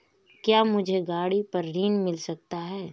क्या मुझे गाड़ी पर ऋण मिल सकता है?